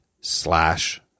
slash